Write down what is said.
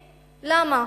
למה?